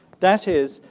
that is,